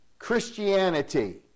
Christianity